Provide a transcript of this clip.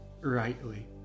rightly